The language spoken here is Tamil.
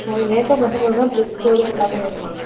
உங்களுக்கு மேக்கப் மட்டும் போதுமா டிரெஸ் கோடு எல்லாமே வேணுமா